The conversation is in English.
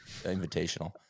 Invitational